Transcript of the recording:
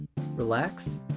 relax